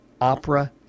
opera